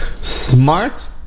Smart